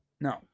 No